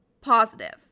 positive